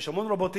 שיש המון רובוטים,